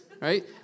Right